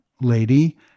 lady